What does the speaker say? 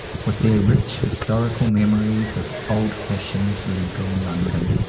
with their rich historical memories of old-fashioned legal london.